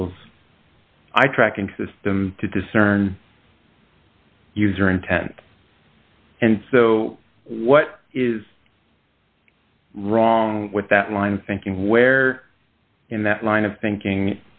es eye tracking system to discern user intent and so what is wrong with that line of thinking where in that line of thinking